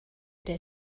der